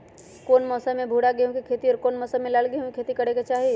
कौन मौसम में भूरा गेहूं के खेती और कौन मौसम मे लाल गेंहू के खेती करे के चाहि?